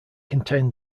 contain